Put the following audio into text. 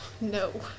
No